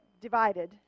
divided